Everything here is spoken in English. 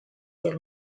were